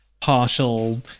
partial